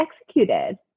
executed